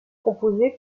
composé